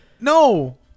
no